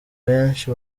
benshi